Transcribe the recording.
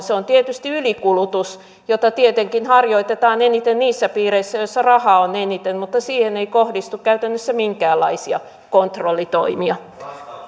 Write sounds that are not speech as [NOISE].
[UNINTELLIGIBLE] se on tietysti ylikulutus jota tietenkin harjoitetaan eniten niissä piireissä joissa rahaa on eniten mutta siihen ei kohdistu käytännössä minkäänlaisia kontrollitoimia